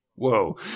Whoa